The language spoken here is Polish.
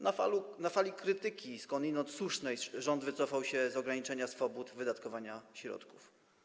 Na fali krytyki, skądinąd słusznej, rząd wycofał się z ograniczenia swobód wydatkowania środków.